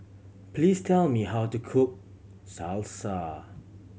please tell me how to cook Salsa